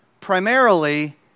primarily